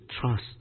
trust